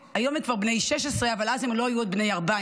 היום הם כבר בני 16, אבל אז הם לא היו עוד בני 14,